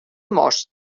most